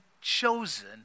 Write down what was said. chosen